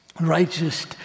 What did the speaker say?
righteous